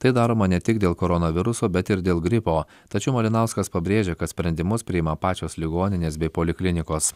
tai daroma ne tik dėl koronaviruso bet ir dėl gripo tačiau malinauskas pabrėžia kad sprendimus priima pačios ligoninės bei poliklinikos